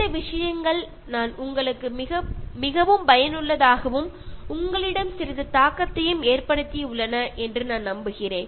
இந்த விஷயங்கள் உங்களுக்கு மிகவும் பயனுள்ளதாகவும் உங்களிடம் சிறிது தாக்கத்தையும் ஏற்படுத்தியுள்ளன என்று நான் நம்புகிறேன்